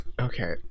okay